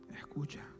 Escucha